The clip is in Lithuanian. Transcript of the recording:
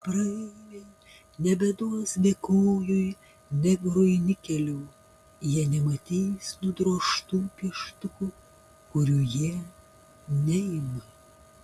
praeiviai nebeduos bekojui negrui nikelių jie nematys nudrožtų pieštukų kurių jie neima